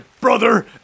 brother